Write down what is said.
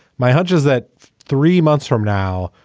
my hunch is that three months from now,